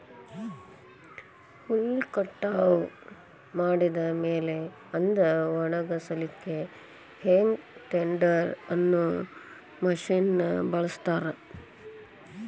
ಹುಲ್ಲ್ ಕಟಾವ್ ಮಾಡಿದ ಮೇಲೆ ಅದ್ನ ಒಣಗಸಲಿಕ್ಕೆ ಹೇ ಟೆಡ್ದೆರ್ ಅನ್ನೋ ಮಷೇನ್ ನ ಬಳಸ್ತಾರ